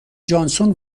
جانسون